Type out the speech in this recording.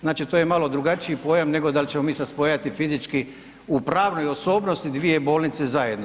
Znači to je malo drugačiji pojam nego da li ćemo mi sad spajati fizički u pravnoj osobnosti dvije bolnice zajedno.